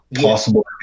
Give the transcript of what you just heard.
possible